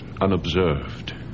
unobserved